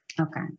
Okay